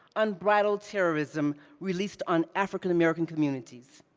unbridled terrorism released on african american communities.